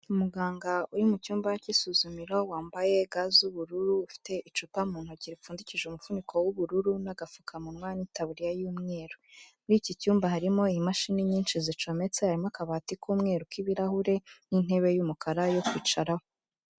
Umuganga uri mu cyumba cy'isuzumiro, wambaye ga z'ubururu, ufite icupa mu ntoki ripfundikije umufuniko w'ubururu n'agafukamunwa n'itabiririya y'umweru, muri iki cyumba harimo imashini nyinshi zicometse, harimo akabati k'umweru k'ibirahure n'intebe y'umukara yo kwicaraho.